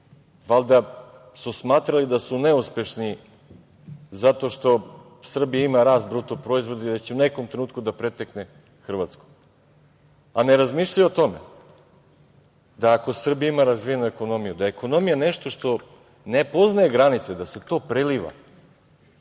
Valjda su smatrali da su neuspešni zato što Srbija ima rasta bruto proizvoda i da će u nekom trenutku da pretekne Hrvatsku, a ne razmišljaju o tome da ako Srbija ima razvijenu ekonomiju, da je ekonomija nešto što ne poznaje granice, da se to preliva,